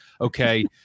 Okay